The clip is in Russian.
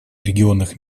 регионах